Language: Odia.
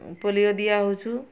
ପୋଲିଓ ଦିଆ ହଉଛୁ